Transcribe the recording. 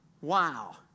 Wow